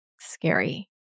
scary